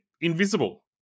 invisible